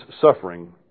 suffering